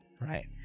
right